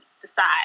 decide